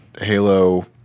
Halo